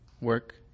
work